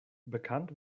bekannt